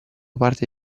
parte